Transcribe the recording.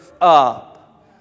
up